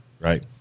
right